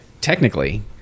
technically